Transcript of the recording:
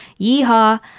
yeehaw